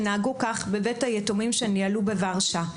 שנהגו כך בבית היתומים שניהלו בוורשה.